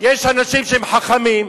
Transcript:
יש אנשים שהם חכמים,